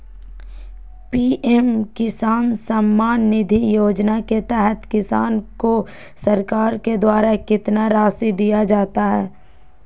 PM किसान सम्मान निधि योजना के तहत किसान को सरकार के द्वारा कितना रासि दिया जाता है?